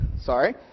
sorry